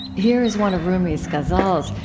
here is one of rumi's ghazals,